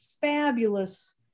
fabulous